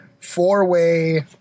four-way